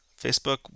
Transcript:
Facebook